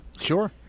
Sure